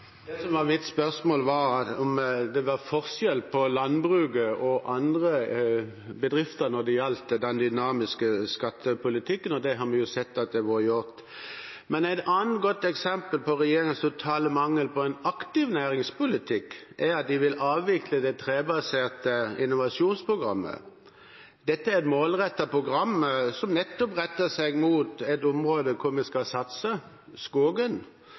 Det som var mitt spørsmål, var om det var forskjell på landbruket og andre bedrifter når det gjaldt den dynamiske skattepolitikken, og det har vi sett at det har vært. Et annet godt eksempel på regjeringens totale mangel på en aktiv næringspolitikk er at de vil avvikle det trebaserte innovasjonsprogrammet. Dette er et målrettet program som nettopp retter seg mot et område der vi skal satse: skogen.